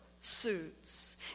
suits